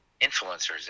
influencers